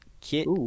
Kit